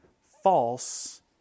false